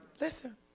Listen